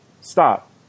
Stop